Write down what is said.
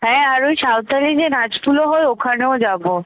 হ্যাঁ আর ওই সাঁওতালি যে নাচগুলো হয় ওখানেও যাবো